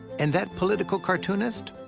and that political cartoonist?